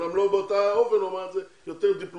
אמנם לא באותו האופן אלא הוא אמר את זה באופן יותר דיפלומטי.